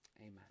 amen